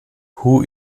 who